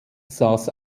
saß